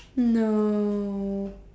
no